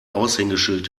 aushängeschild